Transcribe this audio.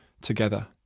together